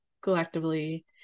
collectively